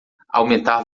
aumentar